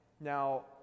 Now